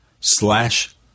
slash